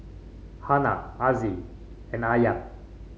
Hana Aziz and Aryan